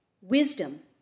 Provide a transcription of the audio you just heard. wisdom